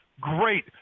great